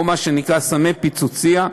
או של מה שנקרא "סמי פיצוצייה",